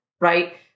right